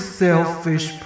selfish